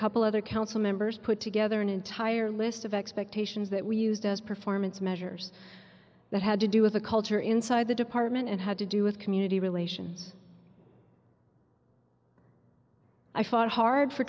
couple other council members put together an entire list of expectations that we used as performance measures that had to do with the culture inside the department and had to do with community relations i fought hard for